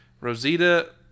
Rosita